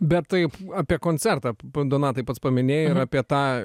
bet taip apie koncertą p p donatai pats paminėjai ir apie tą